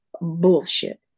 bullshit